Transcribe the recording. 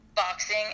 Boxing